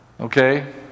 Okay